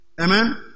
Amen